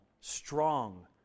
strong